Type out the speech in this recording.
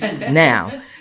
now